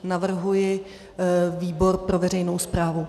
Navrhuji výbor pro veřejnou správu.